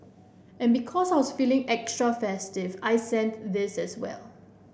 and because I was feeling extra festive I sent this as well